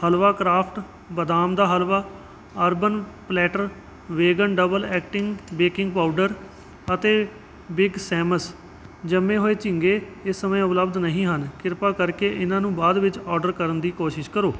ਹਲਵਾ craft ਬਦਾਮ ਦਾ halwa urban platter vegan double acting baking powder ਅਤੇ ਬਿੱਗ ਸੈਮਸ ਜੰਮੇ ਹੋਏ ਝੀਂਗੇ ਇਸ ਸਮੇਂ ਉਪਲੱਬਧ ਨਹੀਂ ਹਨ ਕ੍ਰਿਪਾ ਕਰਕੇ ਇਹਨਾਂ ਨੂੰ ਬਾਅਦ ਵਿੱਚ ਓਡਰ ਕਰਨ ਦੀ ਕੋਸ਼ਿਸ਼ ਕਰੋ